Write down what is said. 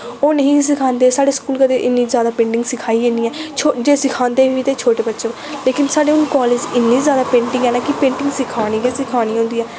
ओह् नेईं हे सखांदे साढ़े स्कूल कदें इन्नी जादा पेंटिंग सखाई हैनी ऐ छो जे सखांदे बी हे ते छोटे बच्चें गी लेकिन साढ़े हून कालेज इन्ने जादा पेंटिंग आह्ले कि पेंटिंग सखानी गै सखानी होंदी ऐ